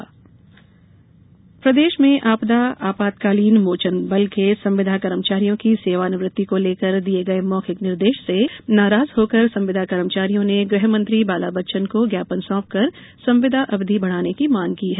संविदा ज्ञापन प्रदेश में आपदा आपातकाली मोचन बल के संविदा कर्मचारियों की सेवा निवृत्ति के दिये गये मौखिक निर्देश से नाराज होकर संविदा कर्मचारियों ने गृह मंत्री बाला बच्चन को ज्ञापन सौंपकर संविदा अवधि बढाने की मांग की है